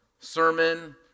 Sermon